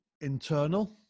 internal